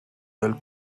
del